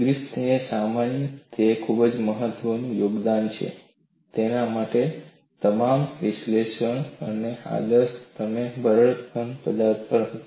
Griffith mind દ્વારા તે ખૂબ જ મહત્વપૂર્ણ યોગદાન છે તમે તેના તમામ વિશ્લેષણ આદર્શ રીતે બરડ ઘન પર કેન્દ્રિત હતા